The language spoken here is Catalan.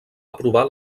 aprovar